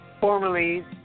formerly